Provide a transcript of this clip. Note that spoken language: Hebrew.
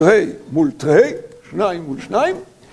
‫תרי מול תרי, ‫שניים מול שניים.